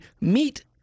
meet